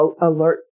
alert